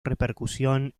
repercusión